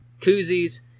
koozies